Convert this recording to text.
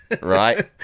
right